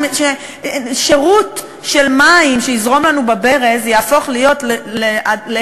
איפה נשמע דבר כזה ששירות של מים שיזרמו לנו בברז יהפוך להיות אחד